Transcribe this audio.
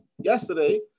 yesterday